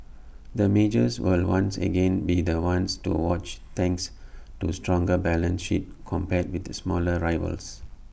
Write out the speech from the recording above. the majors will once again be the ones to watch thanks to stronger balance sheets compared with smaller rivals